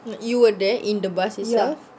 you were there in the bus itself